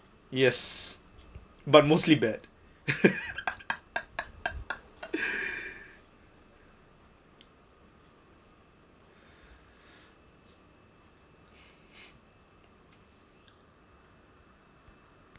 yes but mostly bad